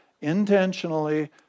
intentionally